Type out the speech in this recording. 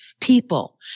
people